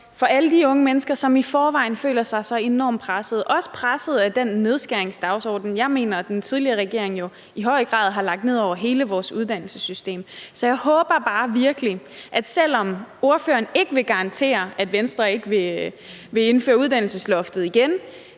for alle de unge mennesker, som i forvejen følte sig så enormt pressede – også presset af den nedskæringspolitik, jeg mener den tidligere regering i høj grad lagde ned over hele vores uddannelsessystem. Så jeg håber virkelig bare, at ordføreren, selv om han ikke vil garantere, at Venstre ikke vil genindføre uddannelsesloftet,